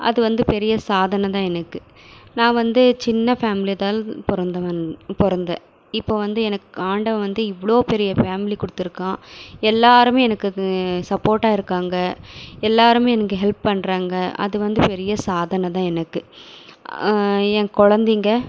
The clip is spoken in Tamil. அது வந்து பெரிய சாதனை தான் எனக்கு நான் வந்து சின்ன ஃபேமிலி தான் பிறந்தவன் பிறந்தேன் இப்போது வந்து எனக்கு ஆண்டவன் வந்து இவ்வளோ பெரிய ஃபேமிலி கொடுத்துருக்கான் எல்லாருமே எனக்கு சப்போட்டாக இருக்காங்க எல்லாருமே எனக்கு ஹெல்ப் பண்றாங்க அது வந்து பெரிய சாதனை தான் எனக்கு என் குழந்தைங்க